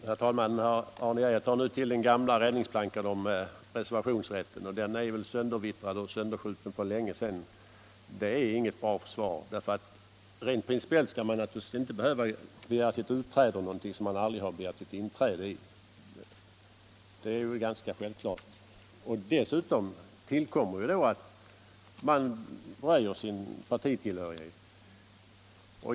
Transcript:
Herr talman! Arne Geijer tar nu till den gamla räddningsplankan reservationsrätten, men den är ju sönderskjuten för länge sedan. Det är inget bra försvar, för rent principiellt skall man naturligtvis inte behöva begära sitt utträde ur en organisation som man aldrig begärt sitt inträde i. Det är ganska självklart. Dessutom tillkommer att man genom reservationsrätten röjer sin partitillhörighet.